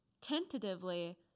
tentatively